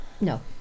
No